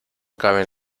caben